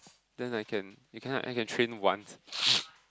then like can you can I can train once